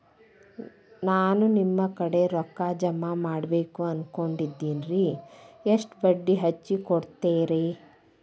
ನಾ ನಿಮ್ಮ ಕಡೆ ರೊಕ್ಕ ಜಮಾ ಮಾಡಬೇಕು ಅನ್ಕೊಂಡೆನ್ರಿ, ಎಷ್ಟು ಬಡ್ಡಿ ಹಚ್ಚಿಕೊಡುತ್ತೇರಿ?